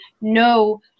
no